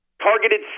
targeted